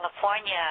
California